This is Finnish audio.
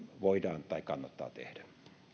voidaan tai kannattaa tehdä